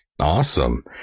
Awesome